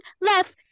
left